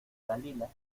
dalila